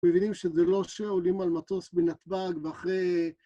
מבינים שזה לא שעולים על מטוס בנתב"ג ואחרי...